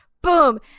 boom